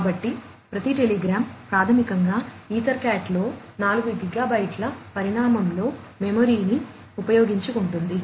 కాబట్టి ప్రతి టెలిగ్రామ్ ప్రాథమికంగా ఈథర్క్యాట్లో 4 గిగాబైట్ల ఉపయోగించుకుంటుంది